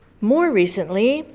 more recently,